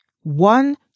One